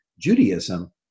Judaism